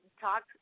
talk